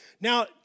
Now